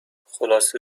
خلاصه